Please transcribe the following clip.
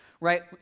right